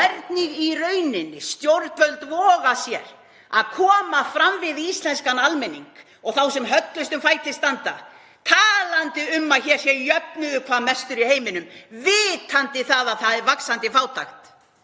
hvernig stjórnvöld í rauninni voga sér að koma fram við íslenskan almenning og þá sem höllustum fæti standa, talandi um að hér sé jöfnuður hvað mestur í heiminum, vitandi það að það er vaxandi fátækt.